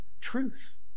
truth